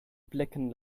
blicken